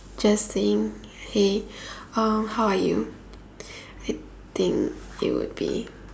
just saying hey uh how are you I think it would be